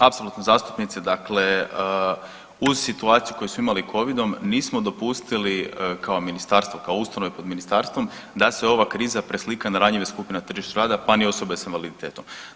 Apsolutno, zastupnice, dakle uz situaciju koju smo imali Covidom, nismo dopustili kao ministarstvo, kao ustanove pod ministarstvom da se ova kriza preslika na ranjive skupine na tržištu rada, pa ni osobe s invaliditetom.